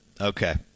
Okay